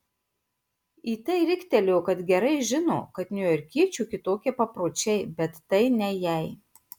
į tai riktelėjo kad gerai žino kad niujorkiečių kitokie papročiai bet tai ne jai